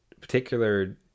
particular